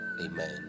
amen